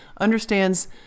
understands